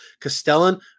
Castellan